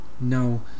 no